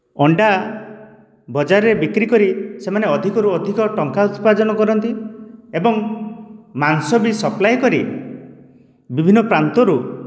ଅଣ୍ଡା ବଜାରରେ ବିକ୍ରି କରି ସେମାନେ ଅଧିକରୁ ଅଧିକ ଟଙ୍କା ଉତ୍ପାଯନ କରନ୍ତି ଏବଂ ମାଂସବି ସପ୍ଲାଇ କରି ବିଭିନ୍ନ ପ୍ରାନ୍ତରୁ